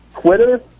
Twitter